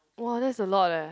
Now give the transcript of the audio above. !wah! that's a lot eh